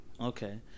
Okay